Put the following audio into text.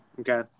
Okay